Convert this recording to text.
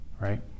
right